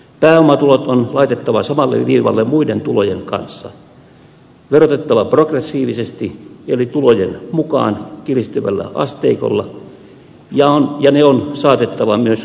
pääomatulot on laitettava samalle viivalle muiden tulojen kanssa niitä on verotettava progressiivisesti eli tulojen mukaan kiristyvällä asteikolla ja ne on saatettava myös kunnallisveron piiriin